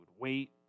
wait